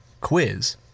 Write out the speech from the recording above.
quiz